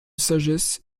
sagesse